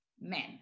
men